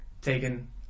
Taken